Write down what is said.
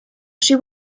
she